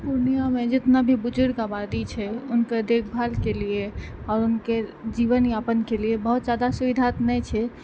पुर्णियामे जेतना भी बुजुर्ग आबादी छै हुनकर देख भालके लिए आओर उनके जीवन यापनके लिए बहुत जादा तऽ सुविधा नहि छै